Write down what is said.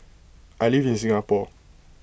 I live in Singapore